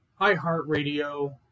iHeartRadio